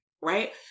right